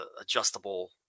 adjustable